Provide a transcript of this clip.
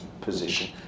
position